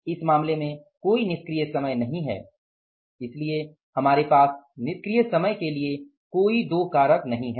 इस मामले में कोई निष्क्रिय समय नहीं है इसलिए हमारे पास निष्क्रिय समय के लिए कोई दो कारक नहीं हैं